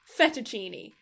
Fettuccine